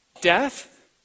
Death